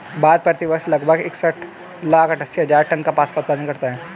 भारत, प्रति वर्ष लगभग इकसठ लाख अट्टठासी हजार टन कपास का उत्पादन करता है